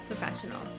professional